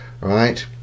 right